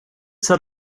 set